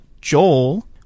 Joel